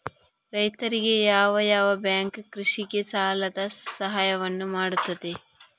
ರೈತರಿಗೆ ಯಾವ ಯಾವ ಬ್ಯಾಂಕ್ ಕೃಷಿಗೆ ಸಾಲದ ಸಹಾಯವನ್ನು ಮಾಡ್ತದೆ?